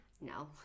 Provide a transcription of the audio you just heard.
no